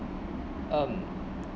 um